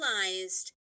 realized